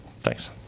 Thanks